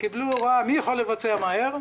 וקיבלו הוראה: מי יכול לבצע מהר?